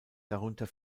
darunter